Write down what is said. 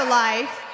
life